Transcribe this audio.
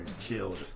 chilled